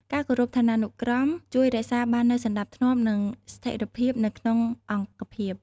ការគោរពឋានានុក្រមជួយរក្សាបាននូវសណ្តាប់ធ្នាប់ និងស្ថិរភាពនៅក្នុងអង្គភាព។